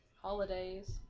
holidays